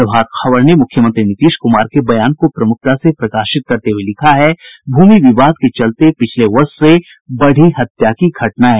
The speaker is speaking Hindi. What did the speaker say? प्रभात खबर ने मुख्यमंत्री नीतीश कुमार के बयान को प्रमुखता से प्रकाशित करते हुये लिखा है भूमि विवाद के चलते पिछले वर्ष से बढ़ी हत्या की घटनायें